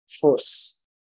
force